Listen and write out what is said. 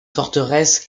forteresse